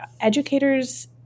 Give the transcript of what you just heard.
educators